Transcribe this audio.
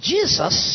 Jesus